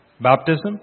baptism